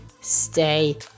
stay